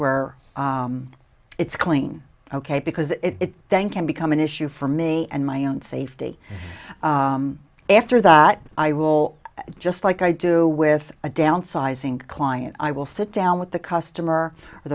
where it's clean ok because it thank you become an issue for me and my own safety after that i will just like i do with a downsizing client i will sit down with the customer or